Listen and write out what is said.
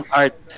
art